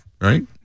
Right